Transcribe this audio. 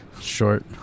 short